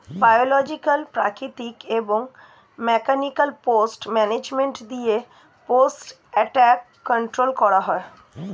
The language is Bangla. বায়োলজিকাল, প্রাকৃতিক এবং মেকানিকাল পেস্ট ম্যানেজমেন্ট দিয়ে পেস্ট অ্যাটাক কন্ট্রোল করা হয়